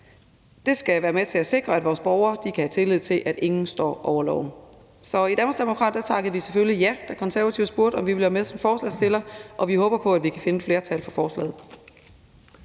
Det skal være med til at sikre, at vores borgere kan have tillid til, at ingen står over loven. Så i Danmarksdemokraterne takkede vi selvfølgelig ja, da Konservative spurgte, om vi ville med som forslagsstillere, og vi håber på, at vi kan finde et flertal for forslaget.